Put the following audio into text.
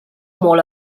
molt